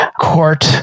court